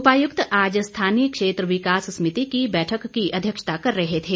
उपायुक्त आज स्थानीय क्षेत्र विकास समिति की अध्यक्षता कर रहे थे